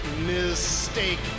mistake